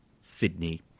Sydney